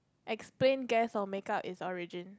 explain guess or make up its origin